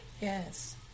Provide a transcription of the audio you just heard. Yes